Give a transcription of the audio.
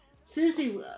Susie